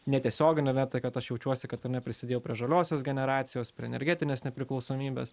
netiesioginę ar ne tai kad aš jaučiuosi kad ane prisidėjau prie žaliosios generacijos prie energetinės nepriklausomybės